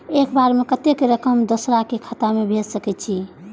एक बार में कतेक रकम दोसर के खाता में भेज सकेछी?